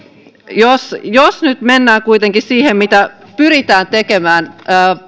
jos jos nyt mennään kuitenkin siihen mitä pyritään tekemään